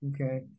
Okay